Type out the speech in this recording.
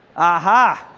ah-ha!